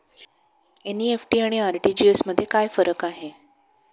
NEFT आणि RTGS मध्ये काय फरक आहे?